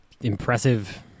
impressive